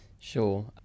Sure